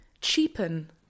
cheapen